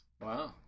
Wow